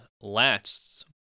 lasts